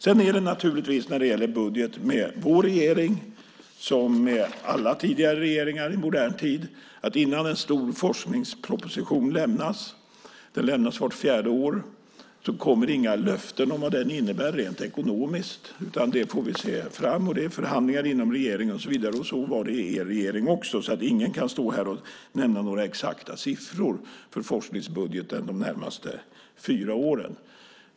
Sedan är det naturligtvis så, när det gäller budget, med vår regering som med alla tidigare regeringar i modern tid, att innan en stor forskningsproposition lämnas - den lämnas vart fjärde år - kommer inga löften om vad den innebär rent ekonomiskt, utan det får vi se längre fram. Det är förhandlingar inom regeringen och så vidare, och så var det i er regering också. Ingen kan stå här och nämna några exakta siffror för forskningsbudgetar de närmaste fyra åren.